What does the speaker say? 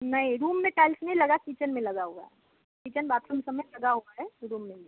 नहीं रूम में टाइल्स नहीं लगा किचन में लगा हुआ है किचन बाथरूम सब में लगा हुआ है रूम में नहीं है